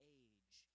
age